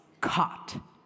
caught